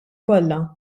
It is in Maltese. kollha